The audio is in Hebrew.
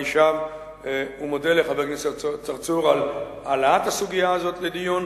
אני שב ומודה לחבר הכנסת צרצור על העלאת הסוגיה הזאת לדיון,